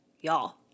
y'all